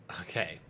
Okay